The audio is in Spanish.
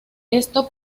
esto